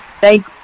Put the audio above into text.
Thank